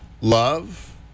Love